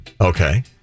Okay